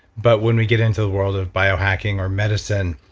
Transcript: but when we get into the world of biohacking or medicine,